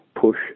push